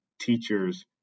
teachers